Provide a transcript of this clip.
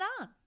on